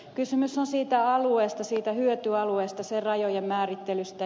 kysymys on siitä hyötyalueesta sen rajojen määrittelystä